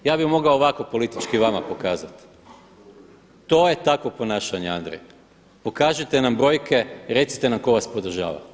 Ja bih mogao ovako politički vama pokazat, to je takvo ponašanje Andrej, pokažite nam brojke i recite nam tko vas podržava.